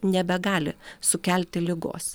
nebegali sukelti ligos